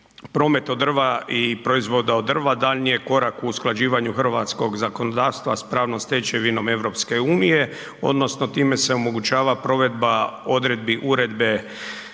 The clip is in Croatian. promet od drva i proizvoda od drva daljnji je korak u usklađivanju hrvatskog zakonodavstva s pravnom stečevinom EU, odnosno time se omogućava provedba odredbi uredbe